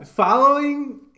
Following